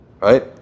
Right